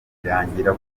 irangira